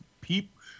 people